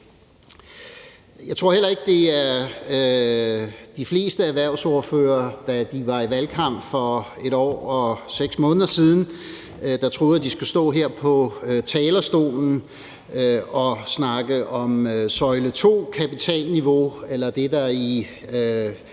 Jeg tror heller ikke, de fleste erhvervsordførere, da de var i valgkamp for et år og 6 måneder siden, troede, at de skulle stå her på talerstolen og snakke om søjle II-kapitalniveau eller det, der i